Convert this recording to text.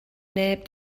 neb